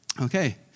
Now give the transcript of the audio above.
Okay